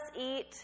eat